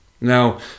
Now